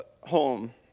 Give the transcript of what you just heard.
home